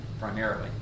primarily